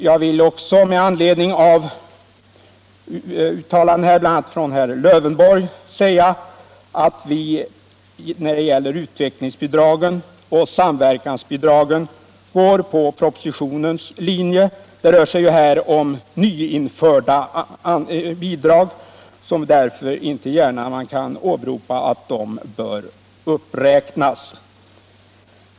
Jag vill också med anledning av uttalanden av bl.a. herr Lövenborg säga att vi när det gäller utvecklingsbidragen och samverkansbidragen följer propositionens linje. Det rör sig ju här om nyinförda bidrag, som man inte gärna kan hävda att de bör uppräknas.